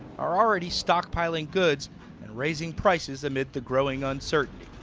are already stockpiling goods and raising prices amid the growing uncertainty.